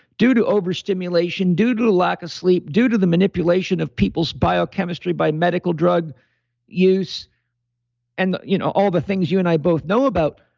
due to overstimulation, due to the lack of sleep, due to the manipulation of people's biochemistry by medical drug use and you know all the things you and i both know about,